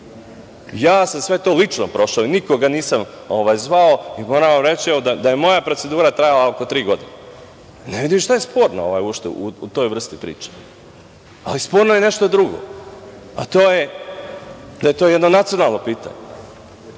sam sve to lično prošao i nikoga nisam zvao, i moram vam reći da je moja procedura trajala oko tri godine. Ne vidim šta je sporno u toj vrsti priče, ali sporno je nešto drugo, a to je da je to jedno nacionalno pitanje.